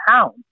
pounds